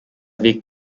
weg